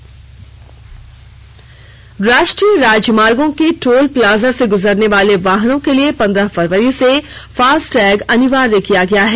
FASTag राष्ट्रीय राजमार्गों के टोल प्लाजा से गुजरने वाले वाहनों के लिए पंद्रह फरवरी से फास्टैग अनिवार्य किया गया है